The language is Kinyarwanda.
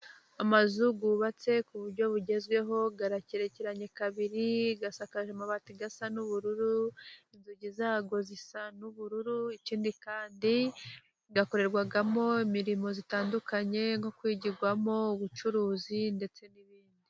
Amazu yubatse ku buryo bugezweho, aragererkeranye kabiri, asakaje amabati asa n'ubururu, inzugi zayo zisa n'ubururu. Ikindi kandi akorerwamo imirimo itandukanye, nko kwigirwamo, ubucuruzi ndetse n'ibindi.